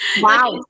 wow